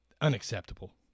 Unacceptable